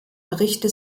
berichte